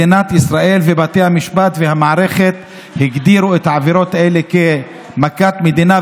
מדינת ישראל ובתי המשפט והמערכת הגדירו את העבירות האלה כמכת מדינה,